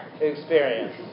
experience